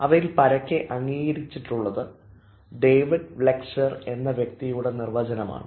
അവയിൽ പരക്കെ അംഗീകരിച്ചിട്ടുള്ളത് ഡേവിഡ് വെക്സ്ലർ എന്ന വ്യക്തിയുടെ നിർവചനമാണ്